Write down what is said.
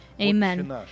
Amen